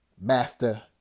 master